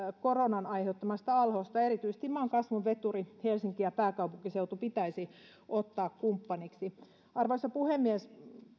koronan aiheuttamasta alhosta erityisesti maan kasvun veturi helsinki ja pääkaupunkiseutu pitäisi ottaa kumppaniksi arvoisa puhemies